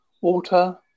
water